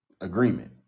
agreement